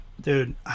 Dude